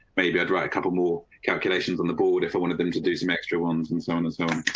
maybe i'd write a couple more calculations on the board if i wanted them to do some extra ones, and so on and so on.